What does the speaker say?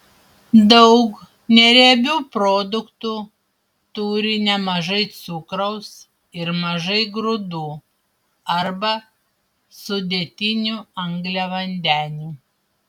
daug neriebių produktų turi nemažai cukraus ir mažai grūdų arba sudėtinių angliavandenių